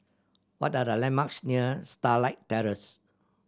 what are the landmarks near Starlight Terrace